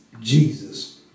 Jesus